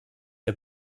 der